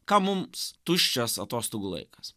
kam mums tuščias atostogų laikas